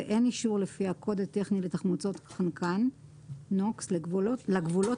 ואין לו אישור לפי הקוד הטכני לתחמוצות חנקן (NOX) לגבולות